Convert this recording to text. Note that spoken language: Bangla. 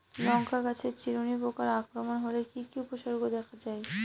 লঙ্কা গাছের চিরুনি পোকার আক্রমণ হলে কি কি উপসর্গ দেখা যায়?